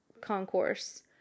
concourse